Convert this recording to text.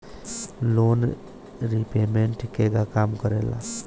Loan repayment केगा काम करेला?